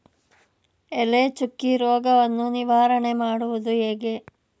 ಎಲೆ ಚುಕ್ಕಿ ರೋಗವನ್ನು ನಿವಾರಣೆ ಮಾಡುವುದು ಹೇಗೆ?